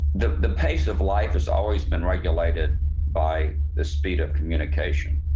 the the pace of life has always been regulated by the speed of communication,